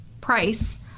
price